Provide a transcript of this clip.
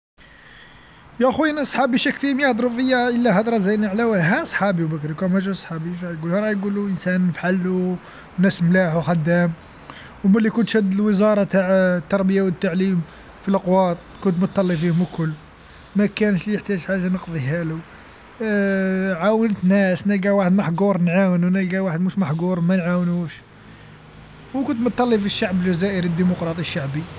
يا خويا أنا صحابي يهضرو فيا الا هضرا زينا على واه ها صحابي لوكان ما جاو صحابي راه يقولو إنسان فحل ناس ملاح وخدام وملي كنت شاد الوزاره تاع التربية والتعليم في لأغواط كنت متهلي فيهم الكل ما كانش اللي يحتاج حاجة نقضيهالو عاونت ناس واحد محقور نعاونو نلقاو واحد مش محقور ما نعاونوش وكنت متهلي في الشعب الجزائري الديمقراطي الشعبي.